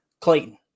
Clayton